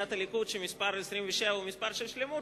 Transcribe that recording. סיעת הליכוד לכך שהמספר 27 הוא מספר של שלמות,